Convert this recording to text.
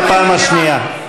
בפעם השנייה.